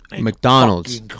mcdonald's